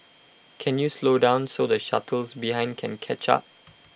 can you slow down so the shuttles behind can catch up